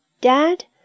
Dad